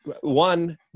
one